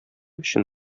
өчен